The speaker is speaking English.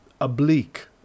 oblique